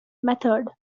method